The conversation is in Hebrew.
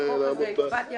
בטח שיש